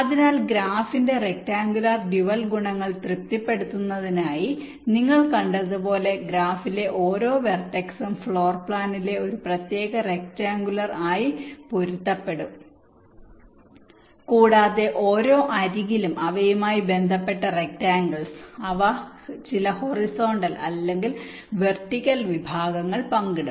അതിനാൽ ഗ്രാഫിന്റെ rectangular dual ഗുണങ്ങൾ തൃപ്തിപ്പെടുത്തുന്നതായി നിങ്ങൾ കണ്ടതുപോലെ ഗ്രാഫിലെ ഓരോ വെർടെക്സും ഫ്ലോർ പ്ലാനിലെ ഒരു പ്രത്യേക റെക്ടാങ്കുലർ ആയി പൊരുത്തപ്പെടും കൂടാതെ ഓരോ അരികിലും അവയുമായി ബന്ധപ്പെട്ട റെക്ടാങ്കിൾസ് അവർ ചില ഹൊറിസോണ്ടൽ അല്ലെങ്കിൽ വെർട്ടിക്കൽ വിഭാഗങ്ങൾ പങ്കിടും